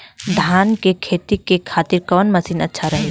धान के खेती के खातिर कवन मशीन अच्छा रही?